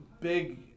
big